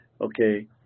Okay